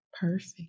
Perfect